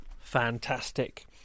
Fantastic